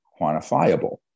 quantifiable